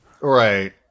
Right